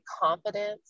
confidence